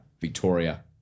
Victoria